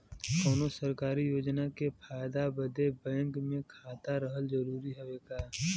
कौनो सरकारी योजना के फायदा बदे बैंक मे खाता रहल जरूरी हवे का?